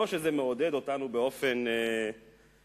לא שזה מעודד אותנו באופן מהותי,